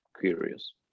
curious